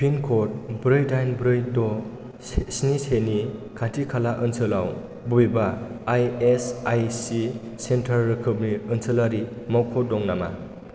पिनक'ड ब्रै दाइन ब्रै द' स्नि से नि खाथि खाला ओनसोलाव बबेबा आइएसआइसि सेन्टार रोखोमनि ओनसोलारि मावख' दं नामा